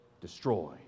destroy